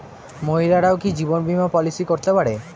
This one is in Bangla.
মহিলারাও কি জীবন বীমা পলিসি করতে পারে?